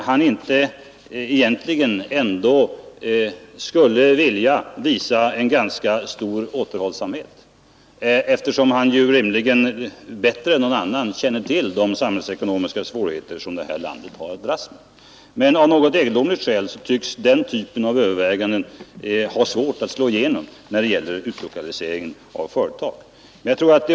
Han skulle nog egentligen vilja visa en ganska stor återhållsamhet, eftersom han rimligen bättre än någon annan känner till de samhällsekonomiska svårigheter detta land dras med. Men av något egendomligt skäl tycks den typen av överväganden ha svårt att slå igenom när det gäller utlokalisering av verk.